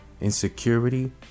insecurity